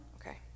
Okay